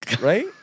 right